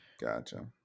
gotcha